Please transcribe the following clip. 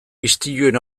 istiluen